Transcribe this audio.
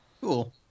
Cool